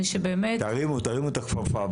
תרימו, תרימו את הכפפה.